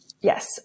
Yes